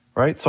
right? so